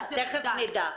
תיכף נדע.